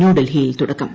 ന്യൂഡൽഹിയിൽ തുടക്കം